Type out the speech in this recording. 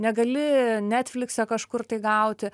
negali netflikse kažkur tai gauti